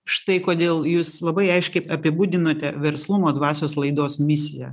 štai kodėl jūs labai aiškiai apibūdinote verslumo dvasios laidos misiją